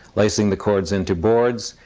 lacing the cords into boards,